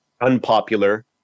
unpopular